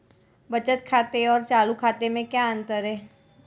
बचत खाते और चालू खाते में क्या अंतर है?